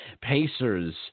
pacers